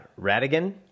Radigan